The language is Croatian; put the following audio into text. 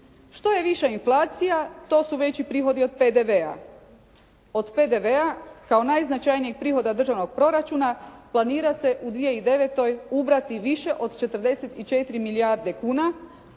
što je viša inflacija, to su veći prihodi od PDV-a, od PDV-a, kao najznačajnijeg prihoda državnog proračuna, planira se u 2009. ubrati više od 44 milijarde kuna,